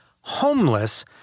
homeless